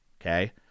okay